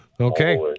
Okay